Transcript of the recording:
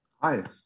Hi